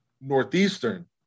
Northeastern